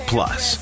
Plus